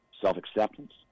Self-acceptance